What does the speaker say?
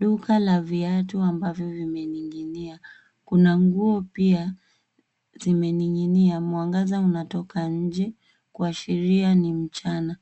Duka la viatu ambavyo vimening'inia . Kuna nguo pia zimening'inia. Mwangaza unatoka nje kuashiria ni mchana.